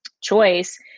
choice